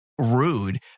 rude